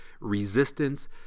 resistance